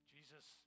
Jesus